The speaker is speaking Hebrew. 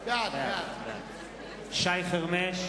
בעד שי חרמש,